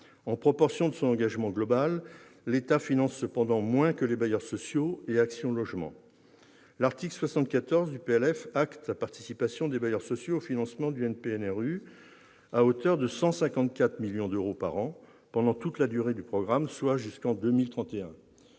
En proportion de son engagement global, l'État finance cependant moins que les bailleurs sociaux et Action logement. L'article 74 du projet de loi de finances acte la participation des bailleurs sociaux au financement du NPNRU, à hauteur de 154 millions d'euros par an pendant toute la durée du programme, soit jusqu'en 2031.